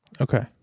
Okay